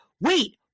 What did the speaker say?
Wait